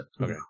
okay